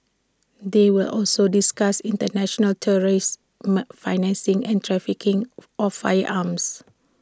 they will also discuss International terrorist my financing and trafficking of firearms